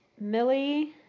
Millie